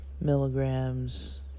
milligrams